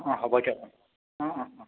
অঁ হ'ব দিয়ক অঁ অঁ অঁ